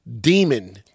demon